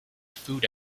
food